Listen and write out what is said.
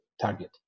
target